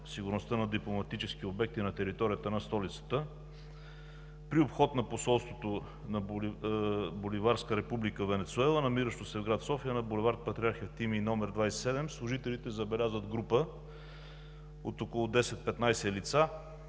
сигурността на дипломатически обекти на територията на столицата, при обход на Посолството на Боливарска Република Венецуела, намиращо се в град София, булевард „Патриарх Евтимий“ № 27, служителите забелязват група от около 10 – 15 лица,